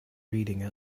reading